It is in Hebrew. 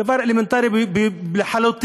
דבר אלמנטרי לחלוטין.